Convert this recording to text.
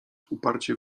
uparcie